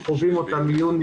שירות.